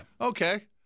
Okay